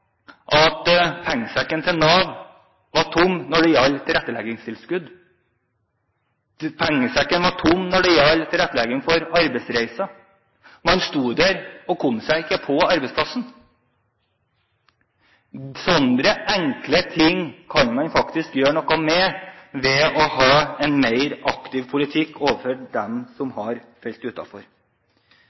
at pengesekken til Nav var tom når det gjaldt tilretteleggingstilskudd. Pengesekken var tom når det gjaldt tilrettelegging for arbeidsreiser, han sto der og kom seg ikke til arbeidsplassen. Slike enkle ting kan man faktisk gjøre noe med ved å ha en mer aktiv politikk overfor dem som har